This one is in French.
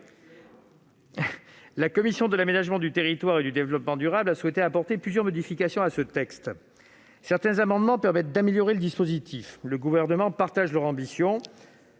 La commission de l'aménagement du territoire et du développement durable a souhaité apporter plusieurs modifications à ce texte. Certains amendements visent à améliorer le dispositif. Le gouvernement partage cette ambition.